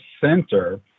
Center